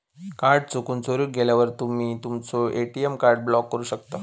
card चुकून, चोरीक गेल्यावर तुम्ही तुमचो ए.टी.एम कार्ड ब्लॉक करू शकता